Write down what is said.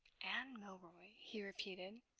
anne milroy? he repeated.